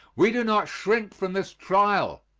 we do not shrink from this trial.